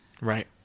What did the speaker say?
Right